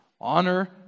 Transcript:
Honor